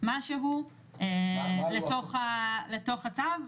משהו לתוך התו,